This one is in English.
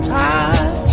time